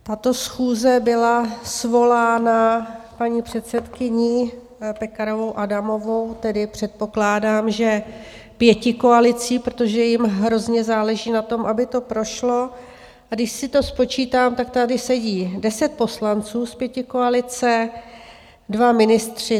Tato schůze byla svolána paní předsedkyní Pekarovou Adamovou, tedy předpokládám, že pětikoalicí, protože jim hrozně záleží na tom, aby to prošlo, a když si to spočítám, tak tady sedí deset poslanců z pětikoalice, dva ministři.